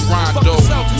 Rondo